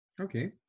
okay